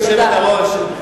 גברתי היושבת-ראש,